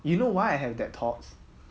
you know why I have that thoughts